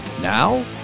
Now